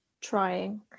trying